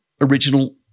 original